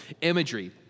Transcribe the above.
imagery